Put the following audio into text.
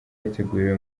yateguriye